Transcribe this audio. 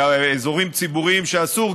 באזורים ציבוריים שאסור,